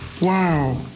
wow